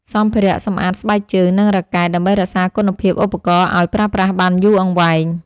សម្ភារៈសម្អាតស្បែកជើង និងរ៉ាកែត ដើម្បីរក្សាគុណភាពឧបករណ៍ឱ្យប្រើប្រាស់បានយូរអង្វែង។